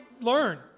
learn